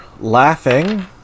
laughing